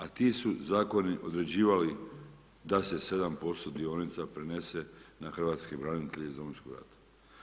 A ti su zakoni određivali da se 7% dionica prenese na hrvatske branitelje iz Domovinskog rata.